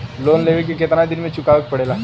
Loan लेवे के कितना दिन मे चुकावे के पड़ेला?